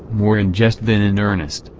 more in jest than in earnest,